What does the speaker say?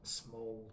small